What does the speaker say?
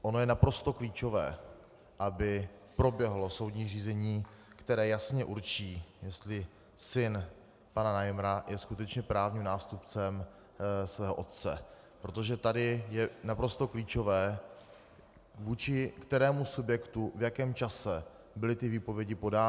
Ono je naprosto klíčové, aby proběhlo soudní řízení, které jasně určí, jestli syn pana Najmra je skutečně právním nástupcem svého otce, protože tady je naprosto klíčové, vůči kterému subjektu v jakém čase byly ty výpovědi podány.